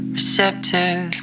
Receptive